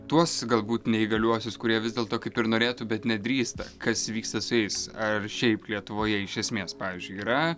tuos galbūt neįgaliuosius kurie vis dėlto kaip ir norėtų bet nedrįsta kas vyksta su jais ar šiaip lietuvoje iš esmės pavyzdžiui yra